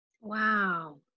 Wow